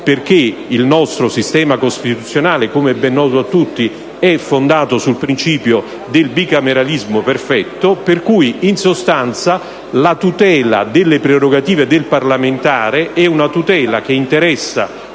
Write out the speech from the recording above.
che il nostro sistema costituzionale - come è ben noto a tutti - è fondato sul principio del bicameralismo perfetto. Quindi, in sostanza, la tutela delle prerogative del parlamentare interessa